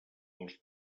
els